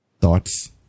Thoughts